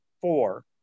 four